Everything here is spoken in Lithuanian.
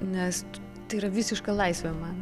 nes tai yra visiška laisvė man